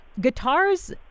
Guitars